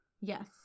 Yes